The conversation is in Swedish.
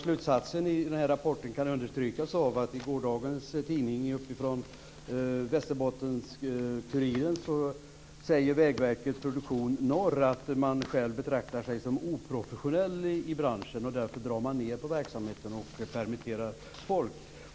Slutsatsen i den här rapporten kan understrykas av att i gårdagens Västerbottens-Kuriren säger Vägverket Produktion Norr att man själv betraktar sig som oprofessionell i branschen och därför drar ned på verksamheten och permitterar folk.